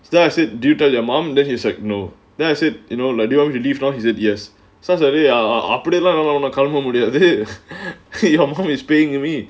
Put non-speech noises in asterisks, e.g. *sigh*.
then I said do you tell your mum then he's like no then I said you know like you want to live long is it yes I said அப்டிலாம் என்னால கிளம்ப முடியாது:apdilaam ennaalae kilambae mudiyaathu *laughs* because your mom is paying me